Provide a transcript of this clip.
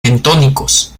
bentónicos